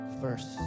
first